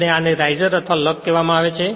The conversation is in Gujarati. અને આને રાઇઝર અથવા લગ કહેવામાં આવે છે